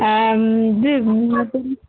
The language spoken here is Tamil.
இது